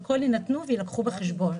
הכול יינתנו ויילקחו בחשבון.